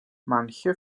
manche